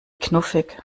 knuffig